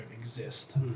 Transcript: exist